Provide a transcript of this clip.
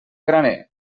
graner